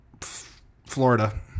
florida